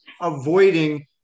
avoiding